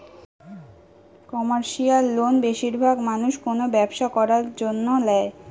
commercial loan বেশিরভাগ মানুষ কোনো ব্যবসা করার জন্য ল্যায়